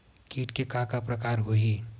कीट के का का प्रकार हो होही?